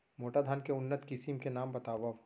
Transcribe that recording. मोटा धान के उन्नत किसिम के नाम बतावव?